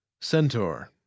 Centaur